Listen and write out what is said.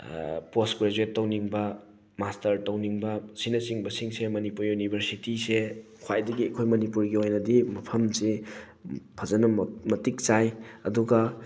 ꯄꯣꯁ graduate ꯇꯧꯅꯤꯡꯕ master ꯇꯧꯅꯤꯡꯕ ꯑꯁꯤꯅꯆꯤꯡꯕꯁꯤꯡꯁꯦ ꯃꯅꯤꯄꯨꯔ ꯌꯨꯅꯤꯚꯔꯁꯤꯇꯤꯁꯦ ꯈ꯭ꯋꯥꯏꯗꯒꯤ ꯑꯩꯈꯣꯏ ꯃꯅꯤꯄꯨꯔꯒꯤ ꯑꯣꯏꯅꯗꯤ ꯃꯐꯝꯁꯤ ꯐꯖꯅ ꯃꯇꯤꯛ ꯆꯥꯏ ꯑꯗꯨꯒ